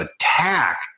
attack